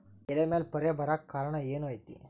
ಎಲೆ ಮ್ಯಾಲ್ ಪೊರೆ ಬರಾಕ್ ಕಾರಣ ಏನು ಐತಿ?